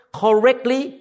correctly